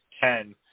ten